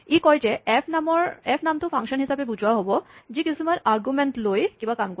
ই কয় যে এফ নামটো ফাংচন হিচাপে বুজোৱা হ'ব যি কিছুমান আৰগুমেন্ট লৈ কিবা কাম কৰিব